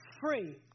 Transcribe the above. free